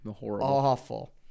awful